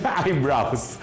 eyebrows